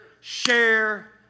Share